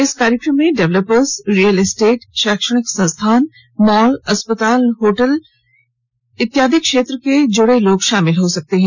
इस कार्यक्रम में डेवलपर्स रियल एस्टेट शैक्षणिक संस्थान मॉल अस्पताल होटल इत्यादि क्षेत्र से जुड़े लोग शामिल हो सकते हैं